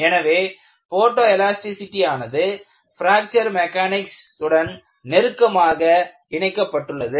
எனவே photo elasticity ஆனது fracture mechanics உடன் நெருக்கமாக இணைக்கப்பட்டுள்ளது